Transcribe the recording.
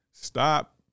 Stop